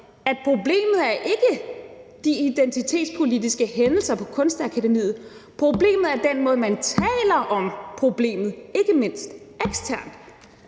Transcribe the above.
at problemet ikke er de identitetspolitiske hændelser på Kunstakademiet. Problemet er den måde, man taler om problemet på, ikke mindst eksternt.